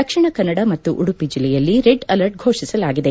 ದಕ್ಷಿಣ ಕನ್ನಡ ಮತ್ತು ಉಡುಪಿ ಜಿಲ್ಲೆಯಲ್ಲಿ red alert ಘೋಷಿಸಲಾಗಿದೆ